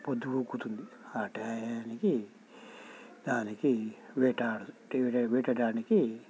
పొద్దుగూకుతుంది ఆ టయానికి దానికి వేట వేటాడడానికి